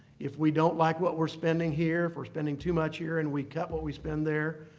if we don't like what we're spending here, if we're spending too much here and we cut what we spend there,